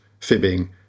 fibbing